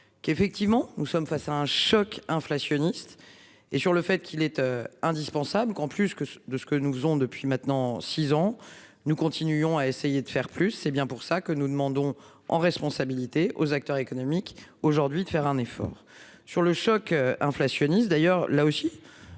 Qu'effectivement nous sommes face à un choc inflationniste et sur le fait qu'il était indispensable qu'en plus, que de ce que nous faisons depuis maintenant 6 ans. Nous continuons à essayer de faire plus. C'est bien pour ça que nous demandons en responsabilité aux acteurs économiques aujourd'hui de faire un effort sur le choc inflationniste, d'ailleurs là aussi.